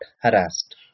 harassed